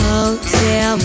Hotel